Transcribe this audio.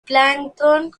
plancton